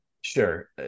Sure